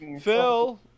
phil